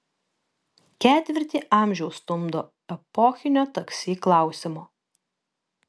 ketvirtį amžiaus stumdo epochinio taksi klausimo